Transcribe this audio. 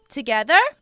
Together